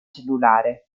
cellulare